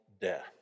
death